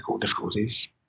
difficulties